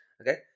Okay